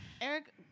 Eric